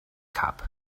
cup